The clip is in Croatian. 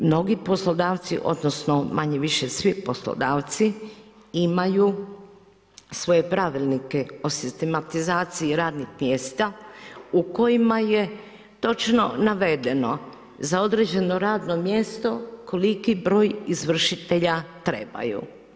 Mnogi poslodavci, odnosno manje-više svi poslodavci imaju svoje pravilnike o sistematizaciji radnih mjesta u kojima je točno navedeno za određeno radno mjesto koliki broj izvršitelja trebaju.